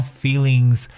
feelings